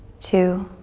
two,